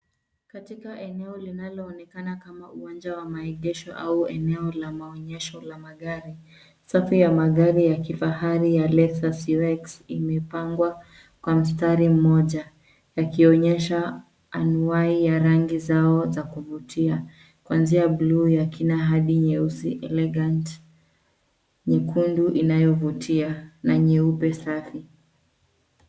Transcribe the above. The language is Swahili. Katika eneo linaloonekana kama uwanja wa maegesho au eneo la maonyesho la magari, safu ya magari ya kifahari ya Lexus UX imepangwa kwa mstari moja yakionyesha anuai ya rangi zao za kuvutia kuanzia buluu ya kina hadi nyeusi elegant , nyekundu inayovutia na nyeupe safi.